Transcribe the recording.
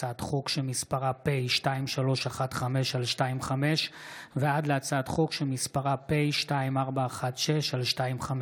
אי-אמון בממשלה בשל: 11 1. ההפיכה המשטרית והסכנה הוודאית